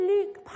Luke